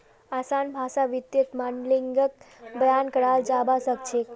असान भाषात वित्तीय माडलिंगक बयान कराल जाबा सखछेक